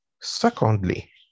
Secondly